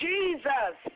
Jesus